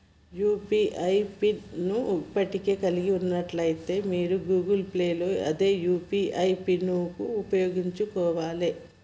UPI PIN ను ఇప్పటికే కలిగి ఉన్నట్లయితే మీరు గూగుల్ పే లో అదే యూ.పీ.ఐ పిన్ను ఉపయోగించుకోవాలే